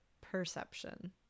perception